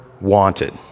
wanted